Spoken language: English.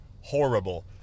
horrible